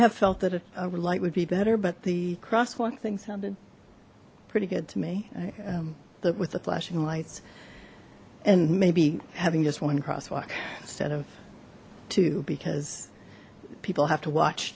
have felt that if our light would be better but the crosswalk thing sounded pretty good to me i am the with the flashing lights and maybe having just one crosswalk instead of two because people have to watch